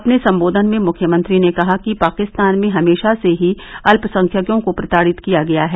अपने संबोधन में मुख्यमंत्री ने कहा कि पाकिस्तान में हमेशा से ही अल्पसंख्यकों को प्रताड़ित किया गया है